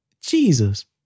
Jesus